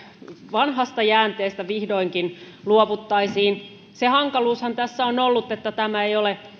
vanhasta jäänteestä vihdoinkin luovuttaisiin se hankaluushan tässä on ollut että tämä ei ole